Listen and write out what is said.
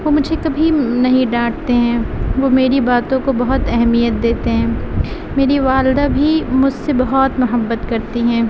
وہ مجھے کبھی نہیں ڈانٹتے ہیں وہ میری باتوں کو بہت اہمیت دیتے ہیں میری والدہ بھی مجھ سے بہت محبت کرتی ہیں